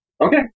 Okay